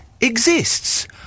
exists